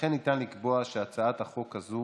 לכן ניתן לקבוע שהצעת החוק הזו